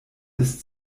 ist